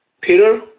Peter